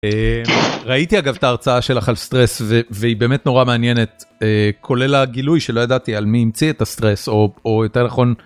ראיתי אגב את ההרצאה שלך על סטרס והיא באמת נורא מעניינת כולל הגילוי שלא ידעתי על מי המציא את הסטרס או יותר נכון.